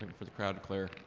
for the crowd to clear.